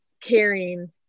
caring